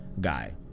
guy